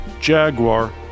Jaguar